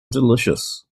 delicious